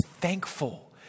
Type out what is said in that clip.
thankful